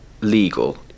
legal